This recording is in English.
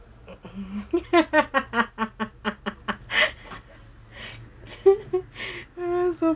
so